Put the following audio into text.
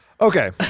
okay